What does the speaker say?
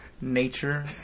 Nature